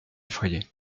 effrayé